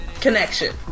connection